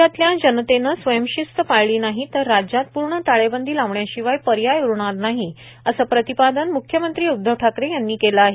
म्ख्यमंत्री राज्यातल्या जनतेनं स्वयंशिस्त पाळली नाही तर राज्यात पूर्ण टाळेबंदी लावण्याशिवाय पर्याय उरणार नाही असं प्रतिपादन म्ख्यमंत्री उद्धव ठाकरे यांनी केलं आहे